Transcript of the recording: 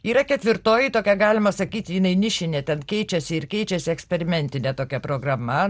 yra ketvirtoji tokia galima sakyt jinai nišinė ten keičiasi ir keičiasi eksperimentinė tokia programa